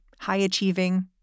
high-achieving